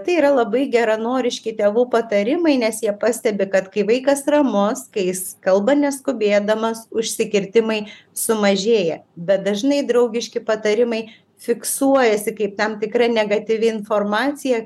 tai yra labai geranoriški tėvų patarimai nes jie pastebi kad kai vaikas ramus kai jis kalba neskubėdamas užsikirtimai sumažėja bet dažnai draugiški patarimai fiksuojasi kaip tam tikra negatyvi informacija